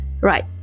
Right